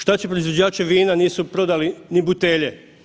Što će proizvođači vina, nisu prodali ni butelje?